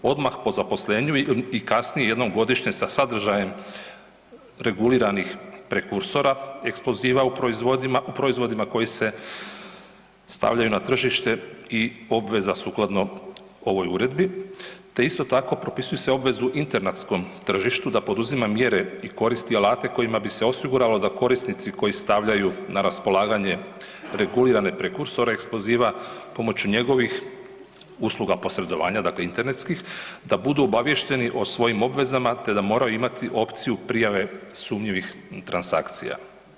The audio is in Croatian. Odmah po zaposlenju i kasnije jednom godišnje sa sadržajem reguliranih prekursora eksploziva u proizvodima koji se stavljaju na tržište i obveza sukladno ovoj uredbi te isto tako propisuju se obvezu internetskom tržištu da poduzima mjere i koristi alate kojima bi se osiguralo da korisnici koji stavljaju na raspolaganje regulirane prekursore eksploziva, pomoću njegovih usluga posredovanja, dakle internetskih, da budu obavješteni o svojim obvezama te da moraju imati opciju prijave sumnjivih transakcija.